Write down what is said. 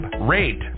rate